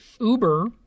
Uber